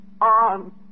on